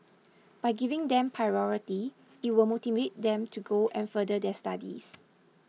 by giving them priority it will motivate them to go and further their studies